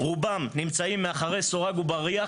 רובם נמצאים מאחורי סורג ובריח,